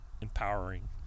empowering